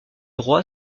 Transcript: roi